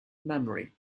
memory